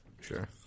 Sure